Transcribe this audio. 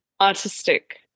artistic